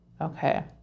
okay